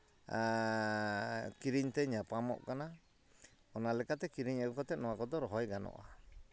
ᱠᱤᱨᱤᱧ ᱛᱮ ᱧᱟᱯᱟᱢᱚᱜ ᱠᱟᱱᱟ ᱚᱱᱟ ᱞᱮᱠᱟᱛᱮ ᱠᱤᱨᱤᱧ ᱟᱹᱜᱩ ᱠᱟᱛᱮ ᱱᱚᱣᱟ ᱠᱚᱫᱚ ᱨᱚᱦᱚᱭ ᱜᱟᱱᱚᱜᱼᱟ